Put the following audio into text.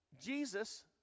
Jesus